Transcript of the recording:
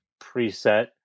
preset